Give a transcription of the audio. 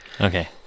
Okay